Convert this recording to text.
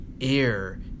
air